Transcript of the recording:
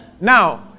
Now